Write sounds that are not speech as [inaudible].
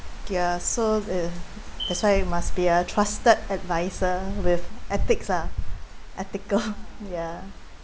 ya so uh that's why you must be a trusted adviser with ethics lah ethical [laughs] ya